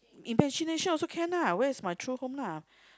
in fascination also can lah where is my true home lah